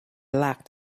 locked